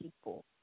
people